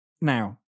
Now